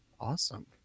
Awesome